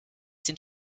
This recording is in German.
den